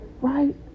Right